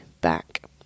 back